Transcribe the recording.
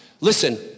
Listen